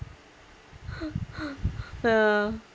ya